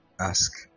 ask